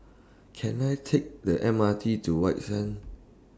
Can I Take The M R T to White Sands